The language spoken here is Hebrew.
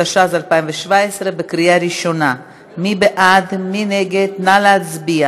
התשע"ז 2017, לוועדת הפנים והגנת הסביבה